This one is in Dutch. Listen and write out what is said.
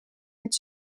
met